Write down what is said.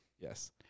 Yes